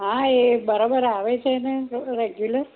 હા એ બરાબર આવે છેને રેગ્યુલર